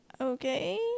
okay